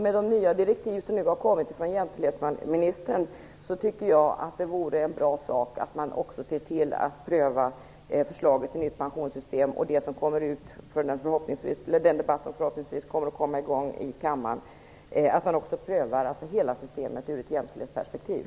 Med de nya direktiv som nu har kommit från jämställdhetsministern tycker jag att det vore en bra sak att man också ser till att pröva förslaget till nytt pensionssystem och det som kommer ut av den debatt som förhoppningsvis kommer i gång i kammaren ur ett jämställdhetsperspektiv.